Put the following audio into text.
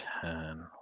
ten